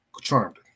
Charmed